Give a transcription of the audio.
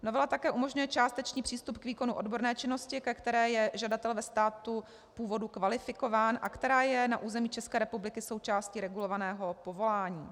Novela také umožňuje částečný přístup k výkonu odborné činnosti, ke které je žadatel ve státu původu kvalifikován a která je na území České republiky součástí regulovaného povolání.